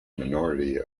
minority